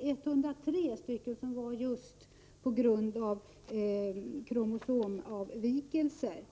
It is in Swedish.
utfördes 103 just på grund av kromosomavvikelser.